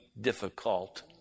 difficult